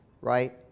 Right